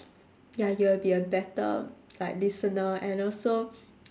ya you'll be a better like listener and also